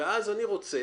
אז אני רוצה